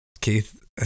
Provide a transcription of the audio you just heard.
Keith